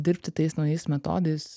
dirbti tais naujais metodais